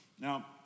Now